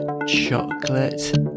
Chocolate